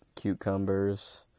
Cucumbers